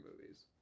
movies